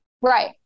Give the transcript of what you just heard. Right